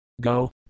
Go